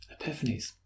Epiphanies